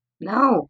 No